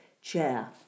chair